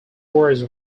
words